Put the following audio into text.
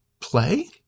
play